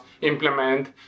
implement